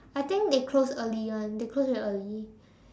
I think they close early [one] they close very early